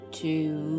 two